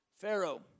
Pharaoh